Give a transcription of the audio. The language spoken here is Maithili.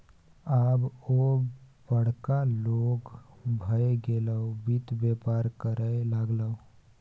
आब ओ बड़का लोग भए गेलै वित्त बेपार करय लागलै